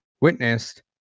witnessed